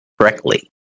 correctly